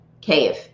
cave